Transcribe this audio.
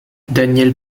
daniel